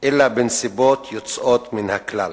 אלא בנסיבות יוצאות מן הכלל.